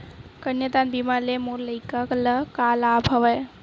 कन्यादान बीमा ले मोर लइका ल का लाभ हवय?